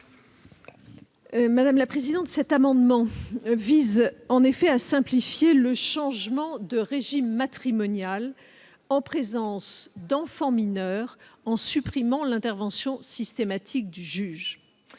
Mme la garde des sceaux. Cet amendement vise à simplifier le changement de régime matrimonial en présence d'enfants mineurs, en supprimant l'intervention systématique du juge.